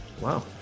wow